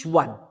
one